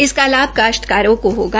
इस का लाभ काश्तकारों को होगा